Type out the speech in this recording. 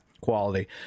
quality